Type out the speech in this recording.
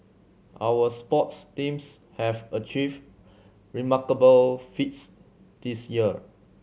our sports teams have achieved remarkable feats this year